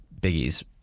Biggie's